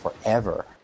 forever